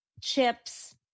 chips